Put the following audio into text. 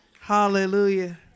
Hallelujah